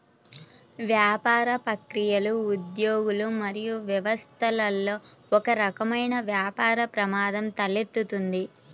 వ్యాపార ప్రక్రియలు, ఉద్యోగులు మరియు వ్యవస్థలలో ఒకరకమైన వ్యాపార ప్రమాదం తలెత్తుతుంది